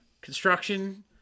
construction